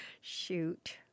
Shoot